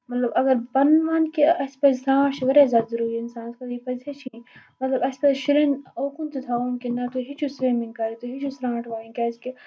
مطلب اَگر بہٕ پَنُن وَنہٕ کہِ اَسہِ پَزِ سرانٹھ چھِ واریاہ زیادٕ ضروٗری اِنسانَس پزِ یہِ پَزِ ہٮ۪چھِنۍ مطلب اَسہِ پَزِ شُرٮ۪ن اوکُن تہِ تھاوُن کہِ نہ تُہۍ ہیٚچھِو سُوِمِنگ کٔرِٕنۍ تُہۍ ہیٚچھِو سرانٹھ وایِںی کیازِ کہِ